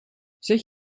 zet